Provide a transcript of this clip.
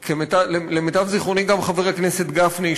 ולמיטב זיכרוני גם חבר הכנסת גפני,